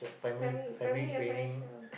family family and financial